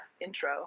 intro